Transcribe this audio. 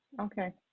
Okay